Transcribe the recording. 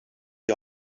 die